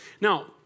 Now